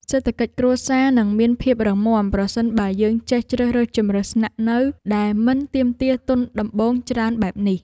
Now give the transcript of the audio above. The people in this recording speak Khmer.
សេដ្ឋកិច្ចគ្រួសារនឹងមានភាពរឹងមាំប្រសិនបើយើងចេះជ្រើសរើសជម្រើសស្នាក់នៅដែលមិនទាមទារទុនដំបូងច្រើនបែបនេះ។